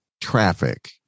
traffic